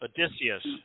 Odysseus